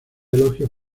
elogios